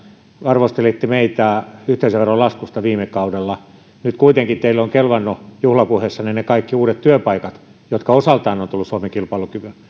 arvostelitte meitä yhteisöveron laskusta viime kaudella nyt kuitenkin teille ovat kelvanneet juhlapuheissanne ne kaikki uudet työpaikat jotka osaltaan ovat tulleet suomen kilpailukyvyn